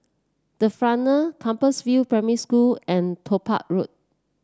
the Frontier Compassvale Primary School and Topaz Road